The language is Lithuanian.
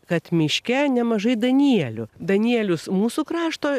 kad miške nemažai danielių danielius mūsų krašto